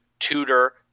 tutor